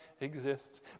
exists